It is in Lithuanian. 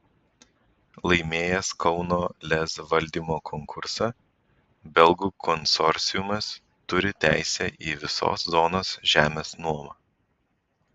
laimėjęs kauno lez valdymo konkursą belgų konsorciumas turi teisę į visos zonos žemės nuomą